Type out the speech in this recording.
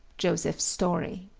joseph story.